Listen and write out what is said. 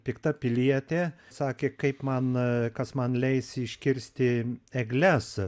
pikta pilietė sakė kaip man kas man leis iškirsti egles